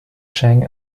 chang